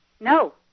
No